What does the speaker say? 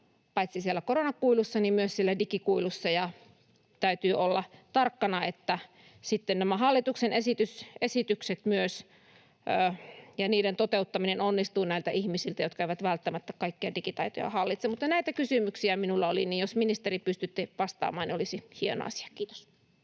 paitsi siellä koronakuilussa niin myös siellä digikuilussa, ja täytyy olla tarkkana, että näiden hallituksen esitysten toteuttaminen onnistuu sitten näiltä ihmisiltä, jotka eivät välttämättä kaikkia digitaitoja hallitse. Näitä kysymyksiä minulla oli. Jos, ministeri, pystytte vastaamaan, se olisi hieno asia. — Kiitos.